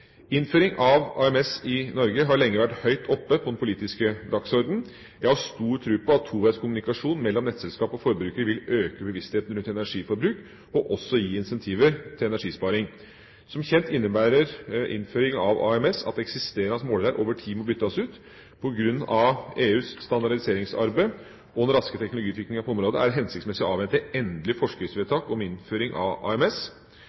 Innføring av AMS i Norge har lenge vært høyt oppe på den politiske dagsordenen. Jeg har stor tro på at toveis kommunikasjon mellom nettselskap og forbruker vil øke bevisstheten rundt energiforbruk og også gi incentiver til energisparing. Som kjent innebærer innføring av AMS at eksisterende målere over tid må byttes ut. På grunn av EUs standardiseringsarbeid og den raske teknologiutviklingen på området er det hensiktsmessig å avvente endelig forskriftsvedtak om innføring av AMS.